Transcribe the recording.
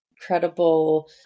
incredible